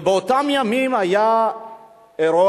ובאותם ימים היה עורך-דין,